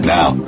Now